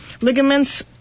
Ligaments